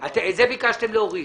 את זה ביקשתם להוריד.